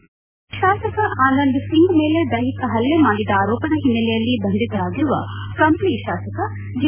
ಸಹ ಶಾಸಕ ಆನಂದ್ ಸಿಂಗ್ ಮೇಲೆ ದೈಹಿಕ ಹಲ್ಲೆ ಮಾಡಿದ ಆರೋಪದ ಹಿನ್ನೆಲೆಯಲ್ಲಿ ಬಂಧಿತರಾಗಿರುವ ಕಂಪ್ಲಿ ಶಾಸಕ ಜೆ